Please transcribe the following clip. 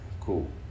cool